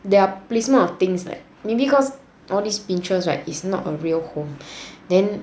their placement of things like maybe cause all these Pinterest right is not a real home then